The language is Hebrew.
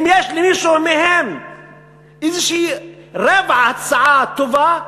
אם יש למישהו מהם איזושהי רבע הצעה טובה,